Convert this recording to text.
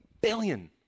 billion